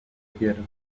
quiero